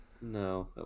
no